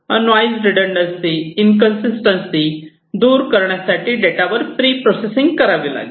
noise redundancy inconsistency दूर करण्यासाठी डेटावर प्रि प्रोसेसिंग करावी लागेल